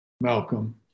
Malcolm